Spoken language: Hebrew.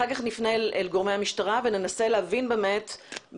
לאחר מכן נפנה אל גורמי המשטרה וננסה להבין מהעדויות